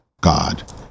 God